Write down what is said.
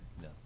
No